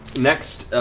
next,